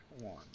one